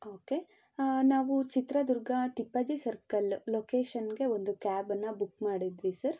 okay ನಾವು Chitradurga Tippaji circle ಲೊಕೇಶನ್ನಿಗೆ ಒಂದು ಕ್ಯಾಬನ್ನು ಬುಕ್ ಮಾಡಿದ್ವಿ ಸರ್